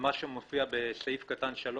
ומה שמופיע בסעיף קטן 3,